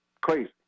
crazy